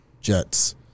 Jets